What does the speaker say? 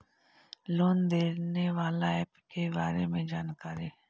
Loan देने बाला app के बारे मे जानकारी?